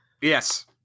yes